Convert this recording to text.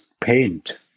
paint